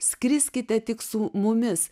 skriskite tik su mumis